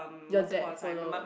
your dad follow